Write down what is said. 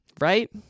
Right